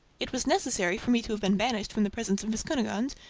it was necessary for me to have been banished from the presence of miss cunegonde,